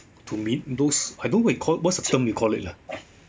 to meet those I don't recall what's the term you call it ah